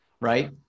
right